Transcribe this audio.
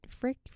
Frick